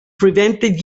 prevented